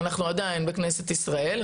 אנחנו עדיין בכנסת ישראל,